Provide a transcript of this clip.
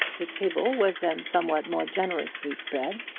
the table was then somewhat more generously spread,